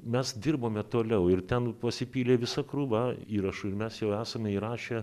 mes dirbome toliau ir ten pasipylė visa krūva įrašų ir mes jau esame įrašę